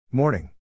Morning